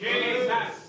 Jesus